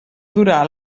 durà